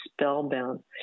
spellbound